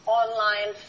online